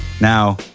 Now